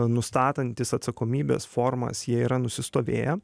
nustatantys atsakomybės formas jie yra nusistovėję